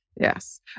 Yes